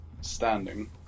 standing